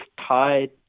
tied